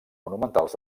monumentals